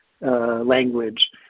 language